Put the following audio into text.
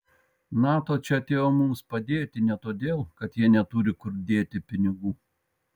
nato čia atėjo mums padėti ne todėl kad jie neturi kur dėti pinigų